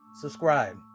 Subscribe